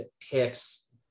picks